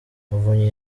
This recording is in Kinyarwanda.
muvunyi